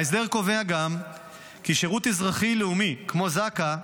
ההסדר קובע גם כי שירות לאומי אזרחי, כמו זק"א,